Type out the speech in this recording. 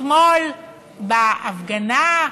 אתמול בהפגנה,